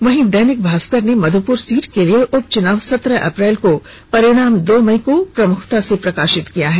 वहीं दैनिक भास्कर ने मध्यपुर सीट के लिए उपचुनाव सत्रह अप्रैल को परिणाम दो मई को प्रमुखता से प्रकाशित किया है